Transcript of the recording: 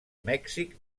mèxic